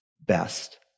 best